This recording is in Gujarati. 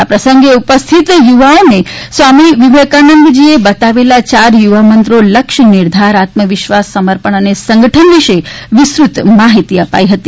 આ પ્રંસગે ઉપસ્થિત યુવાઓને સ્વામી વિવેકાનંદે બતાવેલા ચાર યુવા મંત્રો લક્ષનિર્ધારઆત્મવિશ્વાસ સમર્પણ અને સંગઠન વિસે વિસ્તૃત માફીતી અપાઇ હતી